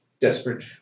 desperate